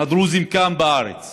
הדרוזים כאן בארץ